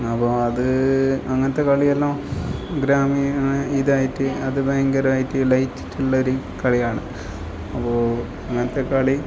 അപ്പോൾ അത് അങ്ങനത്തെ കളിയെല്ലാം ഗ്രാമീണ ഇതായിട്ട് അത് ഭയങ്കരമായിട്ട് ലൈറ്റ് ഇട്ടിട്ടുള്ള ഒരു കളിയാണ് അപ്പോൾ അങ്ങനത്തെ കളി